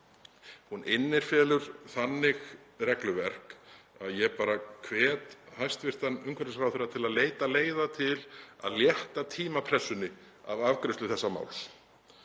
innifelur þannig regluverk að ég hvet bara hæstv. umhverfisráðherra til að leita leiða til að létta tímapressunni af afgreiðslu þessa máls.